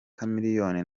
chameleone